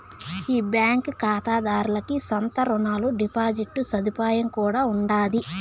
ఈ బాంకీ కాతాదార్లకి సొంత రునాలు, డిపాజిట్ సదుపాయం కూడా ఉండాది